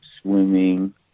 swimming